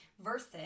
versus